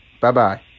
bye-bye